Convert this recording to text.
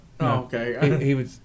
okay